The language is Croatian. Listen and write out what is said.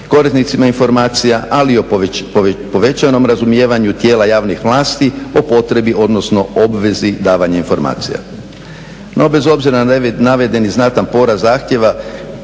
korisnicima informacija, ali i o povećanom razumijevanju tijela javnih vlasti o potrebi, odnosno obvezi davanja informacija. No bez obzira na navedeni znatan porast zahtjeva,